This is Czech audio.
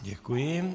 Děkuji.